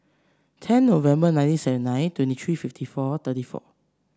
ten November nineteen seven nine twenty three fifty four thirty four